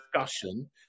discussion